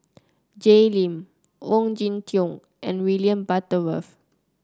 Jay Lim Ong Jin Teong and William Butterworth